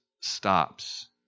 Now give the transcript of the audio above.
stops